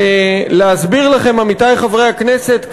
עמיתי חברי הכנסת,